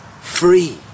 free